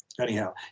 anyhow